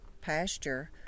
pasture